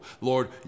Lord